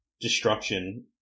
destruction